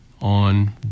on